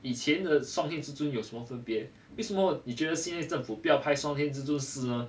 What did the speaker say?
以前的双天至尊有什么分别为什么你觉得现在政府不要拍双天至尊四呢